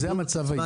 זה המצב היום.